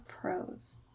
pros